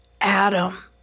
Adam